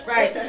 Right